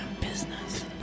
business